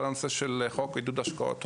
כל הנושא של חוק עידוד השקעות